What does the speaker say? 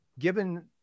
Given